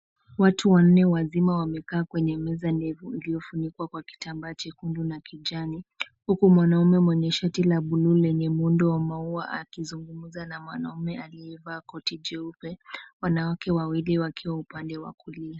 Watu wanne wazima wamekaa kwenye meza ndefu, iliyofunikwa kwa kitambaa chekundu na kijani. Huku mwanaume mwenye shati la buluu lenye muundo wa maua akizungumza na mwanaume aliyevaa koti jeupe. Wanawake wawili wakiwa upande wa kulia.